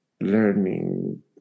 learning